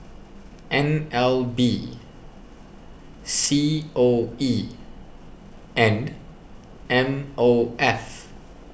N L B C O E and M O F